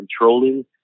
controlling